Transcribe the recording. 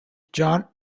jon